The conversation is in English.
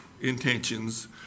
intentions